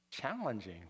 challenging